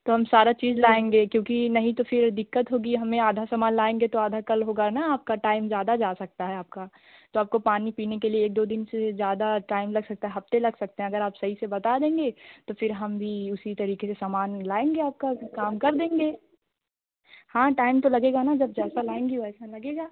तुम सारा चीज़ लाएँगे क्योंकि नहीं तो फ़िर दिक्कत होगी हमें आधा सामान लाएँगे तो आधा कल होगा ना आपका टाइम ज़्यादा जा सकता है आपका तो आपको पानी पीने के लिए एक दो दिन से ज़्यादा टाइम लग सकता है हफ्ते लग सकते हैं अगर आप सही से बता देंगे तो फ़िर हम भी इसी तरीके से सामान लेंगे आपका काम कर देंगे हाँ टाइम तो लगेगा ना जब जैसा लाएँगे वैसा लगेगा